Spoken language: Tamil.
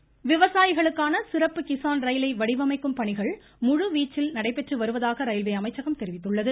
கிஸான் ரயில் விவசாயிகளுக்கான சிறப்பு கிஸான் ரயிலை வடிவமைக்கும் பணிகள் முழுவீச்சில் நடைபெற்று வருவதாக ரயில்வே அமைச்சகம் தெரிவித்துள்ளது